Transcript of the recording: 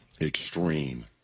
extreme